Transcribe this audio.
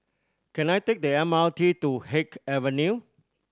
can I take the M R T to Haig Avenue